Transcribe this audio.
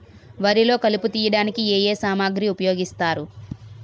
వరిలో కలుపు తియ్యడానికి ఏ ఏ సామాగ్రి ఉపయోగిస్తారు?